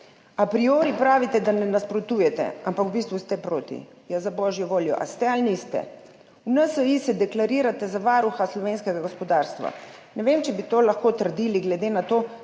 A priori pravite, da ne nasprotujete, ampak v bistvu ste proti. Ja za božjo voljo, ali ste ali niste? V NSi se deklarirate za varuha slovenskega gospodarstva. Ne vem, če bi to lahko trdili glede na to,